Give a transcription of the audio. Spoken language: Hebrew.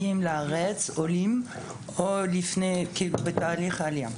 או כאלו שנמצאים בתהליך עלייה.